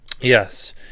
Yes